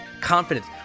confidence